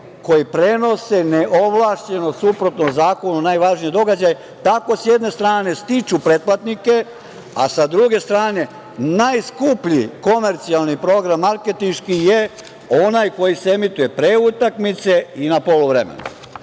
koji prenose neovlašćeno, suprotno zakonu, najvažniji događaj, tako sa jedne strane stiču pretplatnike, a sa druge strane najskuplji komercijalni program marketinški je onaj koji se emituje pre utakmice i na poluvremenu. Recimo,